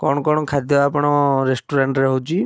କ'ଣ କ'ଣ ଖାଦ୍ୟ ଆପଣଙ୍କ ରେଷ୍ଟୁରାଣ୍ଟ୍ରେ ହେଉଛି